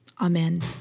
Amen